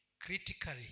critically